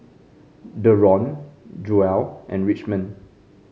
Daron Joell and Richmond